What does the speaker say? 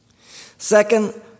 Second